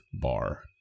bar